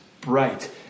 bright